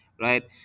right